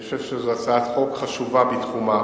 אני חושב שזאת הצעת חוק חשובה בתחומה,